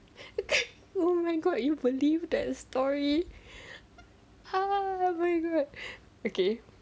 oh my god you believe that story how lah correct correct okay